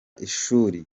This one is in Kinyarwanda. ishuri